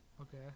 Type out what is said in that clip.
Okay